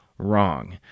Wrong